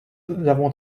avons